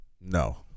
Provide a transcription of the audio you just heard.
No